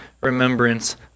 remembrance